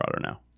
now